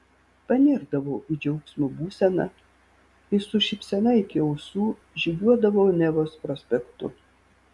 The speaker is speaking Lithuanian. panirdavau į džiaugsmo būseną ir su šypsena iki ausų žygiuodavau nevos prospektu